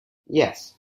yes